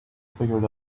figured